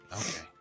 okay